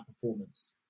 performance